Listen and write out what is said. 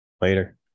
Later